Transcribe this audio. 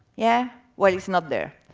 yeah. well it's not there.